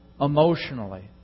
emotionally